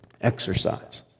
exercise